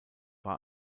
war